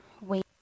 wait